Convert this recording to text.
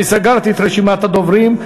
אני סגרתי את רשימת הדוברים,